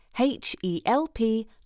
H-E-L-P